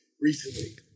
recently